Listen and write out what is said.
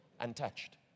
untouched